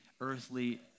earthly